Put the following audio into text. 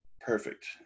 Perfect